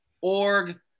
org